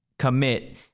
commit